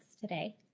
today